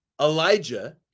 Elijah